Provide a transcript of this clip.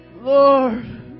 Lord